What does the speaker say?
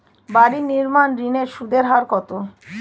বাড়ি নির্মাণ ঋণের সুদের হার কত?